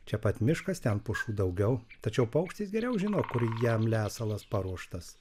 čia pat miškas ten pušų daugiau tačiau paukštis geriau žino kur jam lesalas paruoštas